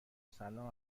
سلام